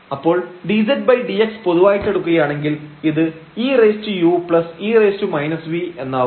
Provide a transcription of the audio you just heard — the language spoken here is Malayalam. അപ്പോൾ ∂z∂x പൊതുവായിട്ടെടുക്കുകയാണെങ്കിൽ ഇത് eue−vഎന്നാവും